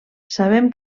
sabem